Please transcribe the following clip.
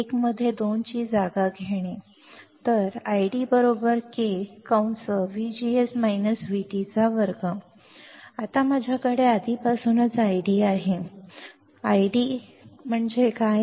1 मध्ये 2 ची जागा घेणे आणि ID K 2 आता माझ्याकडे आधीपासूनच ID आहे ID म्हणजे काय